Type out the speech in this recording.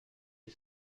est